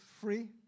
free